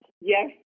yes